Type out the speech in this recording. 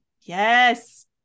yes